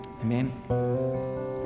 amen